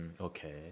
Okay